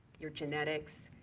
your genetics,